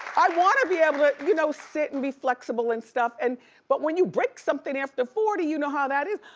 i wanna be able to but you know sit and be flexible and stuff, and but when you break something after forty, you know how that is.